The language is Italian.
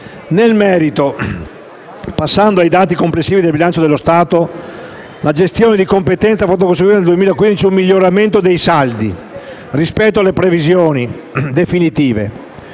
Nel merito, passando ai dati complessivi del bilancio dello Stato, la gestione di competenza ha fatto conseguire nel 2015 un miglioramento dei saldi rispetto alle previsioni definitive.